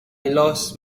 lost